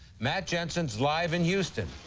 matt jensen is live in houston.